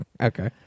Okay